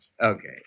Okay